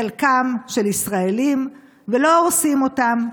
חלקם של ישראלים, ולא הורסים אותם.